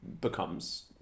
becomes